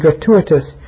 gratuitous